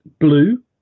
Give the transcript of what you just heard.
Blue